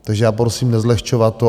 Takže já prosím, nezlehčovat to.